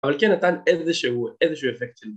אבל כן נתן איזה שהוא אפקט